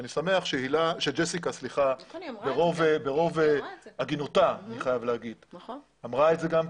אני שמח שג'סיקה ברוב הגינותה אמרה את זה.